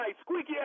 Squeaky